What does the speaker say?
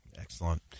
excellent